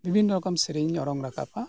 ᱵᱤᱵᱷᱤᱱᱱᱚ ᱨᱚᱠᱚᱢ ᱥᱮᱨᱮᱧ ᱤᱧ ᱚᱨᱚᱝ ᱟᱠᱟᱵᱟ